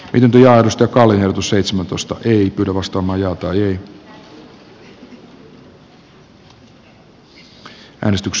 lyhdyllä mustakallio sitten voittaneesta mietintöä vastaan